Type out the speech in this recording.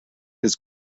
his